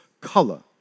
color